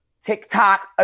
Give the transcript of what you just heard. TikTok